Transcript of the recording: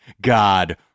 God